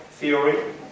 theory